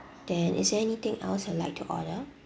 then is there anything else you'd like to order